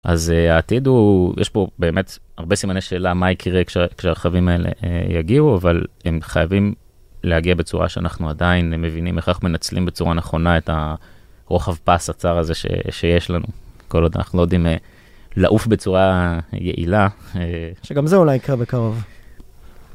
אז העתיד הוא, יש פה באמת הרבה סימני שאלה, מה יקרה כשהרכבים האלה יגיעו, אבל הם חייבים להגיע בצורה שאנחנו עדיין מבינים איך אנחנו מנצלים בצורה נכונה את הרוחב פס הצר הזה שיש לנו. כל עוד אנחנו לא יודעים לעוף בצורה יעילה. שגם זה אולי יקרה בקרוב.